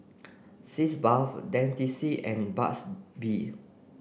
Sitz bath Dentiste and Burt's bee